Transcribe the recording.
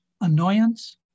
annoyance